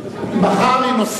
זאת אמירה של הכנסת.